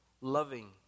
loving